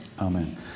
Amen